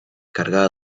cargada